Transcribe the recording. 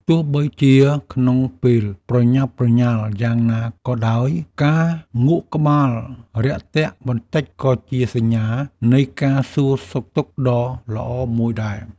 ទោះបីជាក្នុងពេលប្រញាប់ប្រញាល់យ៉ាងណាក៏ដោយ ការងក់ក្បាលរាក់ទាក់បន្តិចក៏ជាសញ្ញានៃការសួរសុខទុក្ខដ៏ល្អមួយដែរ។